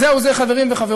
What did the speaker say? אז זהו זה, חברים וחברות,